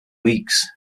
weeks